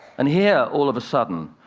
and here, all of a sudden,